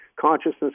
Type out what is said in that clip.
consciousness